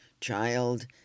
child